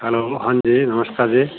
hello ਹਾਂਜੀ ਨਮਸਕਾਰ ਜੀ